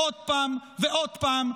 עוד פעם ועוד פעם,